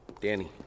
Danny